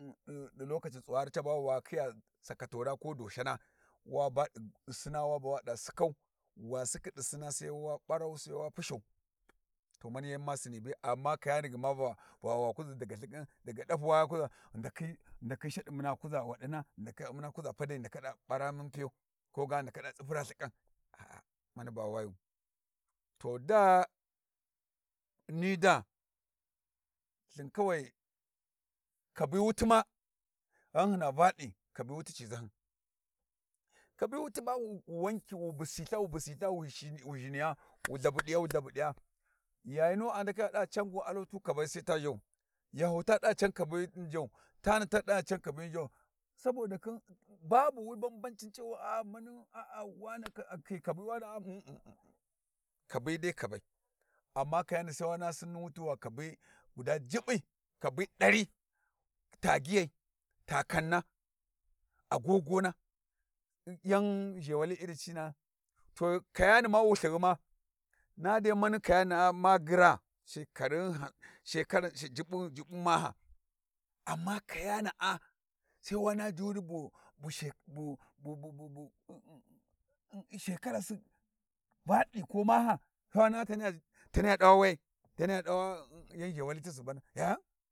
Ɗi ɗi lokaci tsuwari caba wa khinya sakatona ko doshana waba ɗi sina waba wada sikau wa sikkhi ɗi sina sai wa ɓarau sai wa pushau to mani yan ma sini be, amma kayani gma va wa kuzi daga lthkan daga dapuwa wa kuza ghu ndakhi ghi ndakhi shadi muna kuza waɗina muna kuza padai ghi ndaka ɗa ɓara mun piyau ko ga ghi ndaka da tsipra lthikan aa mani ba wayu to daa ni daa lthin kawai kabi wuti ma ghan hina valthi kabi wuti ci zahyin kabi wut ba wu busi ltha wu busi ltha wu zhi'zhiniya wu lthabudiya lthabudiya yayinu a ndakhi a ndaka ɗaɗ can gu aro tu kabai sai ta zhau, yahu ta da can kabai zhau, saboda khin babu wi banbanci cewa aa mani aa wane a khi kabi wara kabai dai kabai, amma kayani sai wa naha sinni wut guda jubbi kabi dari tagyiyi takanna, agogona, yan zhewahi iri cina'a to kayani ma wulthinghuma na dai mani kayana'a ma ghira shekarin has shekaran jubbun maha amma kayana'a sai wa naha diyuni bu she bu bu bu shekarasi valthi ko maha sai wa naha tani ya dawa wayai taniya ɗawa yan zhewali ti suban hesitation.